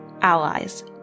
Allies